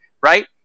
right